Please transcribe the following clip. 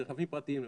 רכבים פרטיים למשל,